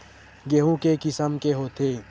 गेहूं के किसम के होथे?